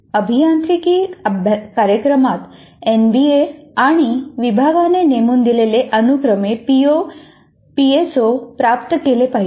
अभियांत्रिकी कार्यक्रमात एनबीए आणि विभागाने नेमून दिलेले अनुक्रमे पीओ पीएसओ प्राप्त केले पाहिजेत